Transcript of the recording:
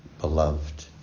beloved